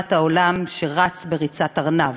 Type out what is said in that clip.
לעומת העולם, שרץ ריצת ארנב.